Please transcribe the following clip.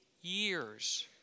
years